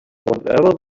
whatever